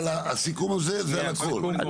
אבל, הסיכום הזה זה על הכל.